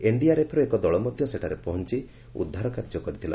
ଏନ୍ଡିଆର୍ଏଫ୍ର ଏକ ଦଳ ମଧ୍ୟ ସେଠାରେ ପହଞ୍ଚି ଉଦ୍ଧାର କାର୍ଯ୍ୟ କରିଥିଲା